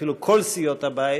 אפילו כל סיעות הבית